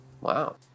Wow